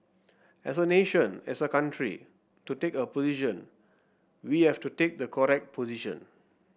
as a nation as a country to take a position we have to take the correct position